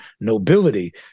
nobility